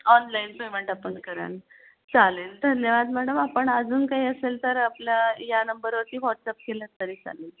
online payment आपण कराल चालेल धन्यवाद मॅडम आपण अजून काही असेल तर आपल्या या नंबरवरती वॉट्सअप केलंत तरी चालेल